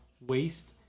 waste